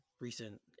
recent